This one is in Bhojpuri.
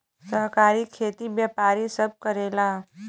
सहकारी खेती व्यापारी सब करेला